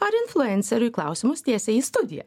ar influenceriui klausimus tiesiai į studiją